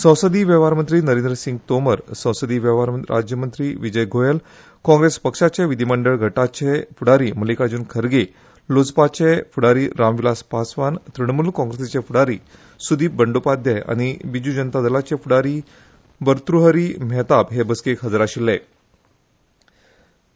संसदिय वेव्हार मंत्री नरेंद्र सिंग तोमर संसदिय वेव्हार राज्य मंत्री विजय गोयल काँग्रेस पक्षाचे विधीमंडळ गटाचे फुडारी मल्लिकार्ज़्न खरगे लोजपाचे फूडारी राम विलास पासवान त्र्णमुल काँग्रेसीचे फुडारी सुदिप बंडोपाध्याय आनी बिज़् जनता दलाचे फुडारी भरत्रुहरी मेहताब हे बसकेक आशिछे